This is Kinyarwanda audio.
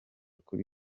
kuri